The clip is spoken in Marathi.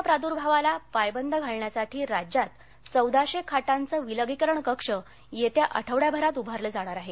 कोरोना प्रादूर्भावाला पायबंद घालण्यासाठी राज्यात चौदाशे खाटांचे विलगीकरण कक्ष येत्या आठवडाभरात उभारले जाणार आहेत